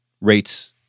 rates